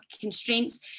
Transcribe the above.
constraints